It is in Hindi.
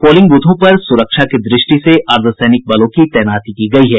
पोलिंग ब्रथों पर सुरक्षा की दृष्टि से अर्द्वसैनिक बलों की तैनाती की गयी है